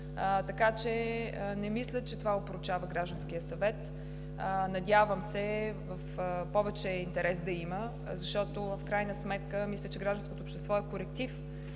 и не смятам, че това опорочава Гражданския съвет. Надявам се повече интерес да има, защото в крайна сметка мисля, че гражданското общество е коректив